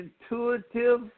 intuitive